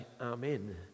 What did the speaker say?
amen